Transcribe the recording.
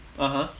(uh huh)